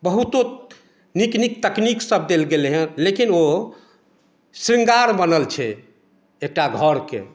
बहुतो नीक नीक तकनीक सब देल गेलै हँ लेकिन ओ श्रृङ्गार बनल छै एकटा घरके